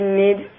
need